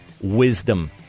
wisdom